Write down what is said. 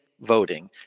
voting